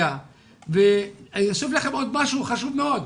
אני אוסיף לכם עוד משהו חשוב מאוד.